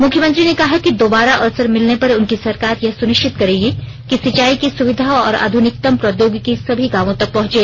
मुख्यमंत्री ने कहा कि दोबारा अवसर मिलने पर उनकी सरकार यह सुनिश्चित करेगी कि सिंचाई की सुविधा और आध्निकतम प्रौद्योगिकी सभी गांवों तक पहुंचे